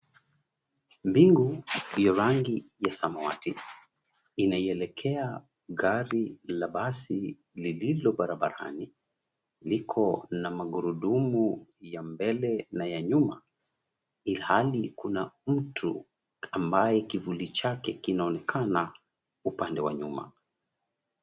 Mbingu iliyo rangi ya samawati, inaielekea gari la basi lililo barabarani liko na magurudumu ya mbele na ya nyuma ilhali kuna mtu ambaye kivuli chake kinaonekana upande wa nyuma.